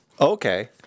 Okay